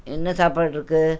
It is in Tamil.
என்ன சாப்பாடுருக்கு